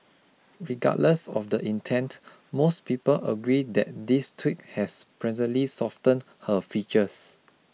regardless of the intent most people agree that this tweak has pleasantly softened her features